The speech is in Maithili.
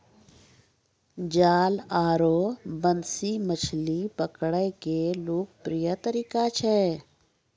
जाल आरो बंसी मछली पकड़ै के लोकप्रिय तरीका छै